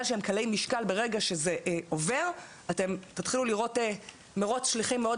שהם קלי משקל ברגע שזה עובר אז תתחילו לראות מירוץ שליחים מאוד